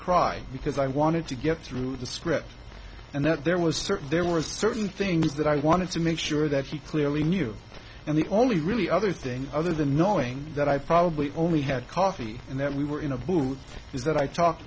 cry because i wanted to get through the script and that there was certain there were certain things that i wanted to make sure that he clearly knew and the only really other thing other than knowing that i probably only had coffee and that we were in a booth is that i talked